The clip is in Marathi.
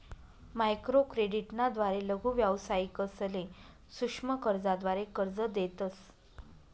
माइक्रोक्रेडिट ना द्वारे लघु व्यावसायिकसले सूक्ष्म कर्जाद्वारे कर्ज देतस